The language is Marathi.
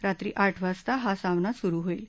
रात्री आठ वाजता हा सामना सुरु होईल